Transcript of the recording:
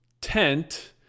tent